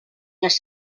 les